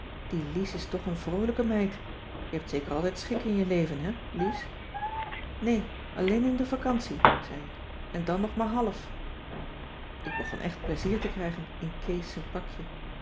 die lies is toch een vroolijke meid je hebt zeker altijd schik in je leven hè lies nee alleen in de vacantie zei ik en dan nog maar half ik begon echt plezier te krijgen in kees z'n pakje